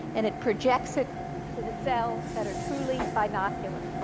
and it projects it to the cells that are truly binocular.